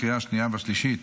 לקריאה שנייה ושלישית.